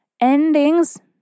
endings